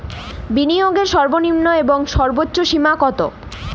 বিনিয়োগের সর্বনিম্ন এবং সর্বোচ্চ সীমা কত?